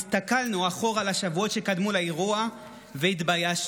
הסתכלנו אחורה לשבועות שקדמו לאירוע והתביישנו: